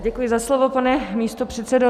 Děkuji za slovo, pane místopředsedo.